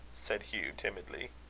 said hugh timidly.